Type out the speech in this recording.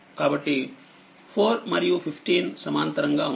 కాబట్టి 4మరియు15సమాంతరంగా ఉన్నాయి